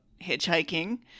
hitchhiking